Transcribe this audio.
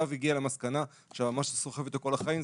הגיע למסקנה שממש סוחב איתו כל החיים,